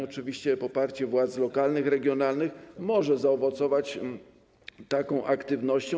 Oczywiście poparcie władz lokalnych, regionalnych może zaowocować taką aktywnością.